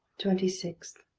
twenty six.